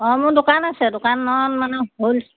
অঁ মোৰ দোকান আছে দোকানত মানে হোল